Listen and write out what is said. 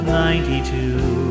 ninety-two